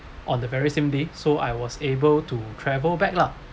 on the very same day so I was able to travel back lah